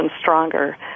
stronger